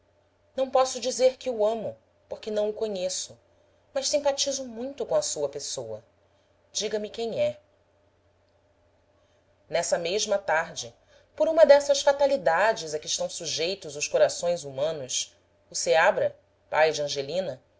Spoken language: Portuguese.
não posso dizer que o amo porque não o conheço mas simpatizo muito com a sua pessoa diga-me quem é nessa mesma tarde por uma dessas fatalidades a que estão sujeitos os corações humanos o seabra pai de angelina